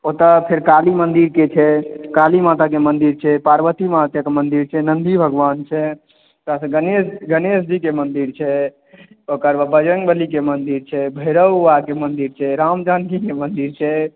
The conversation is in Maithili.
ओतऽ फेर काली मन्दिरके छै काली माताके मन्दिर छै पार्वती माताके मन्दिर छै नन्दी भगवान छै गणेशजीके मन्दिर छै ओकर बाद बजरङ्ग बलीके मन्दिर छै भैरव बाबाके मन्दिर छै राम जानकीके मन्दिर छै